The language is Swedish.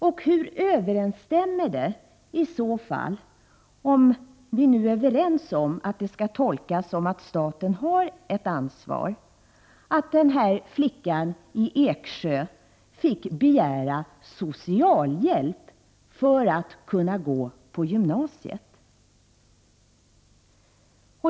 Och hur överensstämmer detta i så fall — om vi nu är överens om att det skall tolkas så att staten har ett ansvar — med att flickan i Eksjö var tvungen att begära socialhjälp för att kunna gå på gymnasiet?